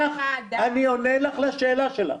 אני עונה לך לשאלה שלך.